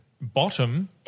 bottom